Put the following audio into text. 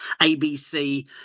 abc